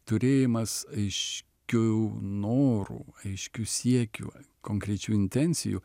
turėjimas aiškių norų aiškių siekių konkrečių intencijų